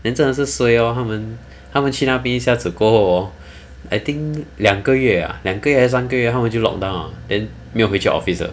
then 真的是 suay lor 他们他们去那边一下子过后 hor I think 两个月 ah 还是三个月他们就 lockdown ah then 没有回去 office 的